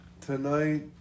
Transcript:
tonight